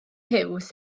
huws